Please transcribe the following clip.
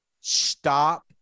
Stop